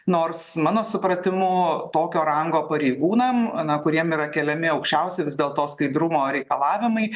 nors mano supratimu tokio rango pareigūnam na kuriem yra keliami aukščiausi vis dėlto skaidrumo reikalavimai